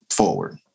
Forward